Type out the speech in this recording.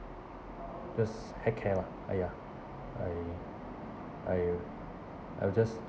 just take heck lah !aiya! I I I'll just